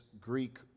Greek